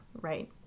right